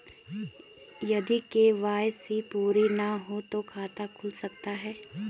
यदि के.वाई.सी पूरी ना हो तो खाता खुल सकता है?